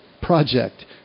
project